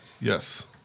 Yes